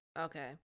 okay